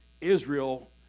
Israel